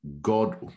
god